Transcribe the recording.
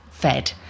fed